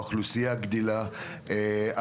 האוכלוסייה גדלה,